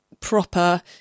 proper